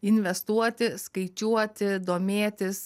investuoti skaičiuoti domėtis